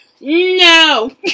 No